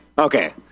Okay